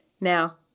Now